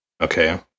okay